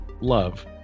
love